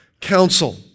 counsel